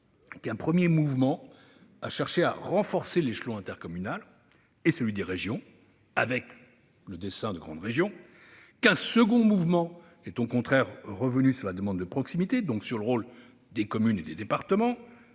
qu'un premier mouvement a cherché à renforcer l'échelon intercommunal et celui des régions, avec les grandes régions et qu'un second mouvement est au contraire revenu sur la demande de proximité, donc sur le rôle des communes et des départements.